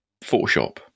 photoshop